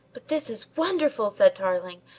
but, this is wonderful! said tarling.